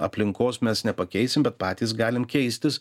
aplinkos mes nepakeisim bet patys galim keistis